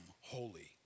holy